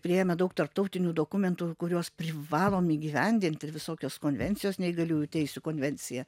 priėmę daug tarptautinių dokumentų kuriuos privalom įgyvendinti ir visokios konvencijos neįgaliųjų teisių konvencija